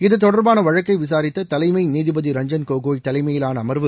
இத்தொடர்பான வழக்கை விசாரித்த தலைமை நீதிபதி ரஞ்சன் கோகோய் தலைமையிலான அமர்வு